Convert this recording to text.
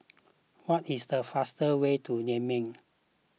what is the fastest way to Niamey